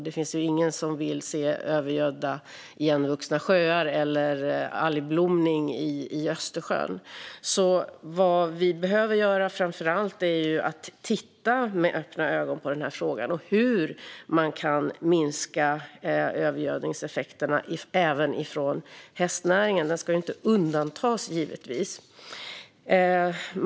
Det finns ingen som vill se övergödda igenvuxna sjöar eller algblomning i Östersjön. Vad vi framför allt behöver göra är att titta med öppna ögon på den här frågan och hur man kan minska övergödningseffekterna även från hästnäringen. Den ska givetvis inte undantas.